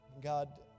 God